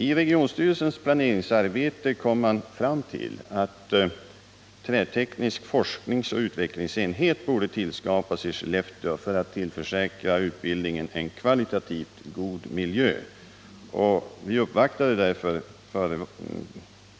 I regionstyrelsens planeringsarbete kom man fram till att en träteknisk forskningsoch utvecklingsenhet borde tillskapas i Skellefteå för att tillförsäkra utbildningen en kvalitativt god miljö. Vi uppvaktade därför